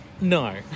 No